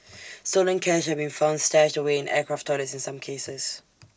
stolen cash have been found stashed away in aircraft toilets in some cases